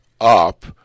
up